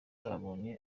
kuyabona